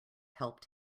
helped